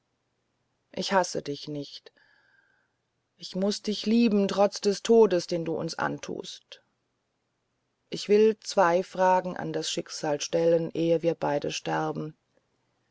ich hasse dich nicht ich muß dich lieben trotz des todes den du uns antust ich will zwei fragen an das schicksal stellen ehe wir beide sterben